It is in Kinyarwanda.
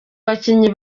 bakinnyi